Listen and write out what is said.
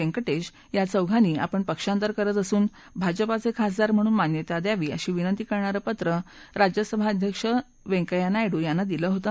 वेंकटेश या चौघांनी आपण पक्षांतर करत असून भाजपाचे खासदार म्हणून मान्यता द्यावी अशी विनंती करणारं पत्र राज्यसभा अध्यक्ष वेंकैया नायडू यांना दिलं होत